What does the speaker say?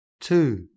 two